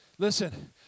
Listen